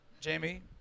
Jamie